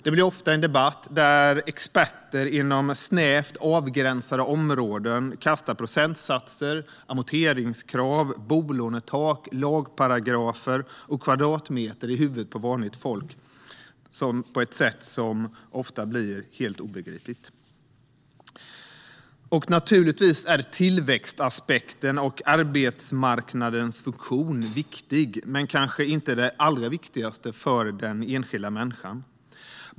Det blir ofta en debatt där experter inom snävt avgränsade områden kastar procentsatser, amorteringskrav, bolånetak, lagparagrafer och kvadratmeter i huvudet på vanligt folk på ett sätt som ofta blir helt obegripligt. Naturligtvis är det viktigt med tillväxtaspekten och arbetsmarknadens funktion, men detta är kanske inte det allra viktigaste för den enskilda människan.